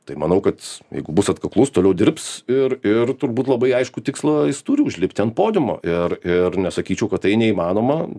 tai manau kad jeigu bus atkaklus toliau dirbs ir ir turbūt labai aiškų tikslą jis turi užlipti ant podiumo ir ir nesakyčiau kad tai neįmanoma